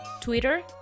Twitter